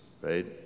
right